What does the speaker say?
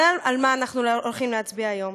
זה מה שאנחנו הולכים להצביע עליו היום.